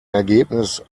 ergebnis